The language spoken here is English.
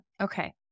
Okay